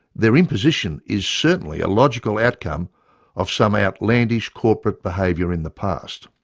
their imposition is certainly a logical outcome of some outlandish corporate behaviour in the past.